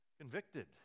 convicted